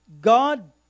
God